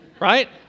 Right